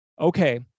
okay